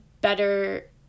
better